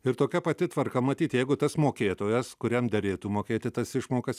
ir tokia pati tvarka matyt jeigu tas mokėtojas kuriam derėtų mokėti tas išmokas